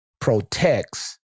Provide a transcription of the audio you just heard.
protects